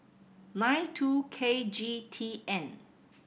nine two K G T N